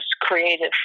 creative